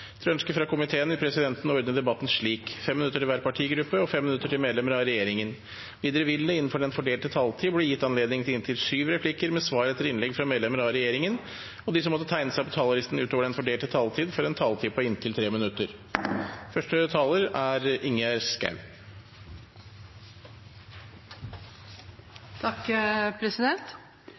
Etter ønske fra utenriks- og forsvarskomiteen vil presidenten ordne debatten slik: 5 minutter til hver partigruppe og 5 minutter til medlemmer av regjeringen. Videre vil det – innenfor den fordelte taletid – bli gitt anledning til inntil syv replikker med svar etter innlegg fra medlemmer av regjeringen, og de som måtte tegne seg på talerlisten utover den fordelte taletid, får en taletid på inntil 3 minutter.